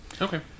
Okay